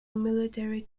military